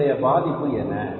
இதனுடைய பாதிப்பு என்ன